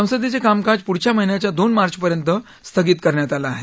संसदेचं कामकाज पुढच्या महिन्याच्या दोन मार्चपर्यंत स्थगित करण्यात आलं आहे